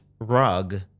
rug